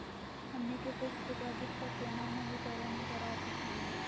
हमनी के fix deposit क केना नवीनीकरण करा सकली हो?